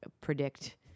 predict